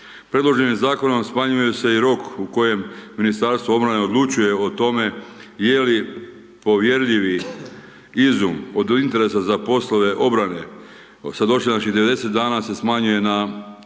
Predloženim zakonom smanjuje se i rok u kojem Ministarstvo obrane odlučuje o tome, je li povjerljivi izum od interesa za poslove obrane, …/Govornik se ne razumije./… dana se smanjuje na